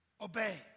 Obey